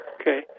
Okay